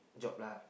job lah